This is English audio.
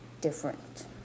different